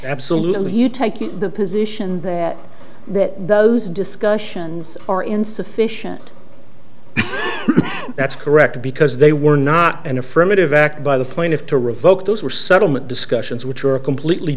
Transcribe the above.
absolutely you take the position that those discussions are insufficient that's correct because they were not an affirmative act by the plaintiff to revoke those were settlement discussions which are a completely